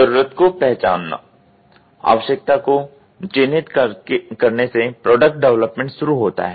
जरूरत को पहचानना आवश्यकता को चिन्हित करने से प्रोडक्ट डेवलपमेंट शुरू होता है